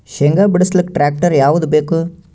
ಶೇಂಗಾ ಬಿಡಸಲಕ್ಕ ಟ್ಟ್ರ್ಯಾಕ್ಟರ್ ಯಾವದ ಬೇಕು?